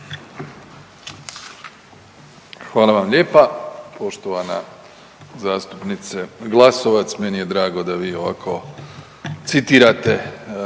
Hvala vam lijepa poštovana zastupnice Glasovac, meni je drago da vi ovako citirate